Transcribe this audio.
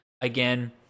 again